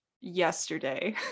yesterday